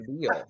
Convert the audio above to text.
deal